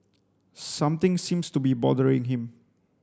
something seems to be bothering him